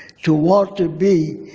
to want to be